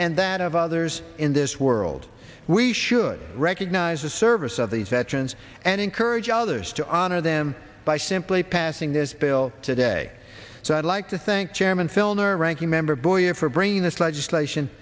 and that of others in this world we should recognize the service of these veterans and encourage others to honor them by simply passing this bill today so i'd like to thank chairman filner ranking member boyer for bringing this legislation